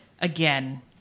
again